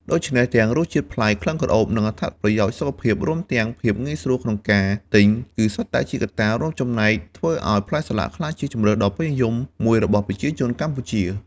ដូច្នេះ ទាំងរសជាតិប្លែក ក្លិនក្រអូប និងអត្ថប្រយោជន៍សុខភាព រួមទាំងភាពងាយស្រួលក្នុងការទិញ គឺសុទ្ធតែជាកត្តារួមចំណែកធ្វើឱ្យផ្លែសាឡាក់ក្លាយជាជម្រើសដ៏ពេញនិយមមួយរបស់ប្រជាជនកម្ពុជា។